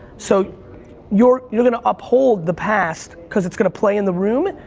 so you're you're gonna uphold the past cause it's gonna play in the room,